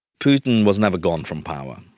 putin was never gone from power.